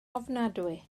ofnadwy